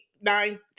nine